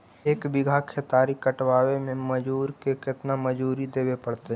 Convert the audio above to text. एक बिघा केतारी कटबाबे में मजुर के केतना मजुरि देबे पड़तै?